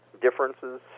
differences